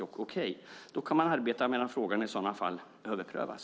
Då kan man i så fall arbeta medan frågan överprövas.